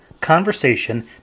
conversation